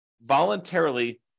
voluntarily